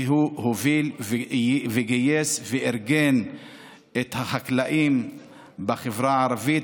והוא הוביל וגייס וארגן את החקלאים בחברה הערבית,